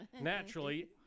naturally